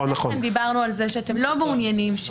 ודיברנו על זה שאתם לא מעוניינים.